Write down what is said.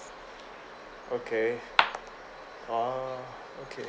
okay oh okay